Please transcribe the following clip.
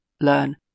learn